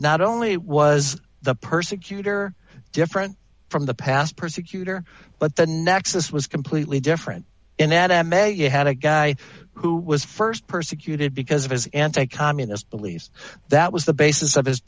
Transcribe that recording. not only was the persecutor different from the past persecutor but the nexus was completely different in at m a you had a guy who was st persecuted because of his anti communist beliefs that was the basis of his